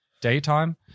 daytime